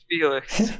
Felix